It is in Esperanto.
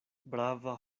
brava